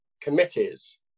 committees